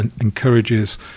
encourages